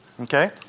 Okay